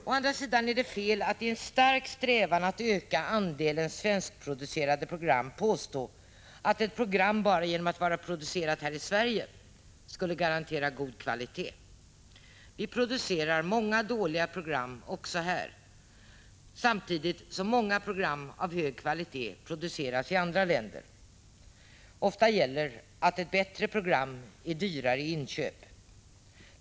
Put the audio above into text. Å andra sidan är det fel att i stark strävan att öka andelen svenskproducerade program påstå att ett program bara genom att vara producerat här i Sverige skulle garantera god kvalitet. Vi producerar många dåliga program också i Sverige, samtidigt som många program av hög kvalitet produceras i andra länder. Ofta gäller att ett bättre program är dyrare i inköp.